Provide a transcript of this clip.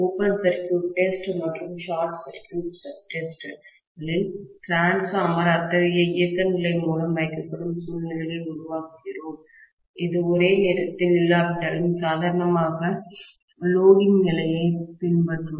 open circuit test மற்றும் short circuit சோதனைகளில் மின்மாற்றிடிரான்ஸ்பார்மர் அத்தகைய இயக்க நிலை மூலம் வைக்கப்படும் சூழ்நிலைகளை உருவாக்குகிறோம் இது ஒரே நேரத்தில் இல்லாவிட்டாலும் சாதாரண ஏற்றுதல்லோடிங் நிலையை பின்பற்றும்